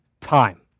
time